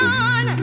on